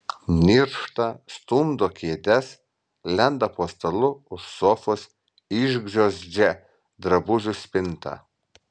niršta stumdo kėdes lenda po stalu už sofos išgriozdžia drabužių spintą